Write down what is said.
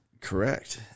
Correct